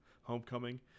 homecoming